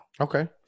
okay